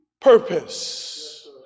purpose